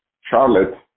Charlotte